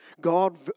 God